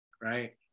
Right